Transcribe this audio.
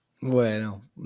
Bueno